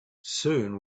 soon